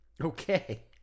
Okay